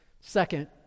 Second